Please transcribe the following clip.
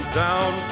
down